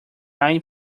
nine